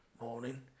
Morning